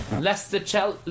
Leicester